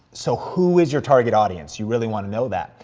so, who is your target audience? you really wanna know that.